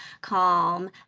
calm